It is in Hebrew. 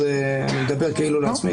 אז אני מדבר כאילו לעצמי.